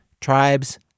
tribes